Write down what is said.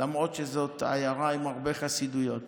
למרות שזאת עיירה עם הרבה חסידויות.